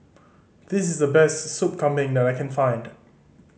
this is the best Sup Kambing that I can find